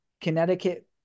Connecticut